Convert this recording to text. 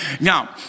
Now